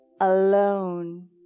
alone